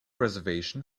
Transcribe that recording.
reservation